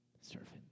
servant